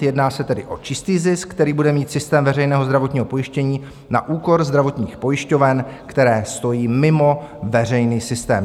Jedná se tedy o čistý zisk, který bude mít systém veřejného zdravotního pojištění na úkor zdravotních pojišťoven, které stojí mimo veřejný systém.